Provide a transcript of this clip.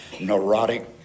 neurotic